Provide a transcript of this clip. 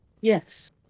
Yes